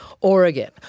Oregon